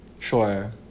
Sure